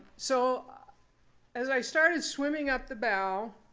so as i started swimming up the bow,